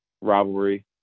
rivalry